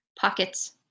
Pockets